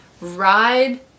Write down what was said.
Ride